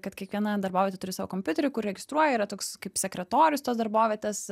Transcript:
kad kiekviena darbovietė turi savo kompiuterį kur registruoja yra toks kaip sekretorius tos darbovietės